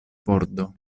pordo